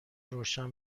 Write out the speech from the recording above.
روشن